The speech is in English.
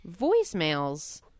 voicemails